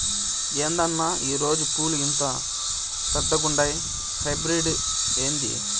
ఏందన్నా ఈ రోజా పూలు ఇంత పెద్దగుండాయి హైబ్రిడ్ ఏంది